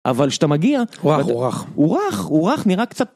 אבל כשאתה מגיע, הוא רך, הוא רך, הוא רך, הוא רך, נראה קצת...